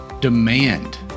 Demand